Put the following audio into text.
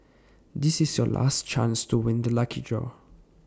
this is your last chance to win the lucky draw